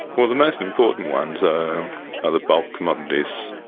well, the most important ones are the bulk commodities,